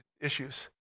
issues